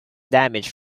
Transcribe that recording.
damage